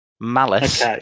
malice